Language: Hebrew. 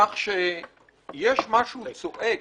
כך שיש משהו צועק,